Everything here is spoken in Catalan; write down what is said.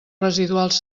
residuals